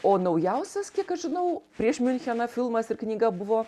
o naujausias kiek aš žinau prieš miuncheną filmas ir knyga buvo